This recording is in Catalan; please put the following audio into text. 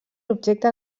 objecte